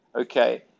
Okay